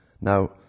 Now